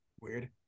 Weird